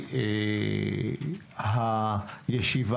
משטרת ישראל,